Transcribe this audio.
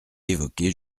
évoqué